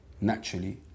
naturally